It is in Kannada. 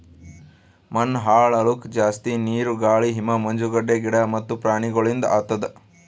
ಮಣ್ಣ ಹಾಳ್ ಆಲುಕ್ ಜಾಸ್ತಿ ನೀರು, ಗಾಳಿ, ಹಿಮ, ಮಂಜುಗಡ್ಡೆ, ಗಿಡ ಮತ್ತ ಪ್ರಾಣಿಗೊಳಿಂದ್ ಆತುದ್